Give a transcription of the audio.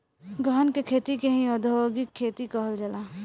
गहन के खेती के ही औधोगिक खेती कहल जाला